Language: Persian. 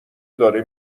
داره